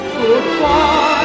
goodbye